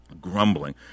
Grumbling